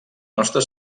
nostre